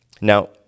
Now